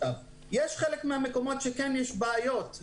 יש חלק מהמקומות שכן יש בעיות.